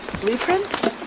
blueprints